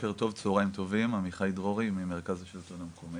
צוהריים טובים, עמיחי דרורי ממרכז השלטון המקומי.